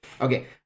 Okay